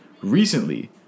recently